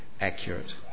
accurate